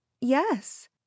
Yes